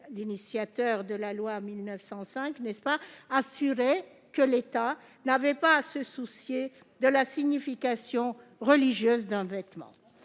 initiateur de cette loi, assurait que l'État n'avait pas à se soucier de la signification religieuse d'un vêtement.